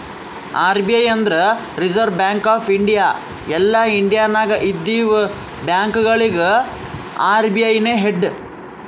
RBI ಅಂದುರ್ reserve bank of India ಎಲ್ಲಾ India ನಾಗ್ ಇದ್ದಿವ ಬ್ಯಾಂಕ್ಗೊಳಿಗ ಅರ್.ಬಿ.ಐ ನೇ ಹೆಡ್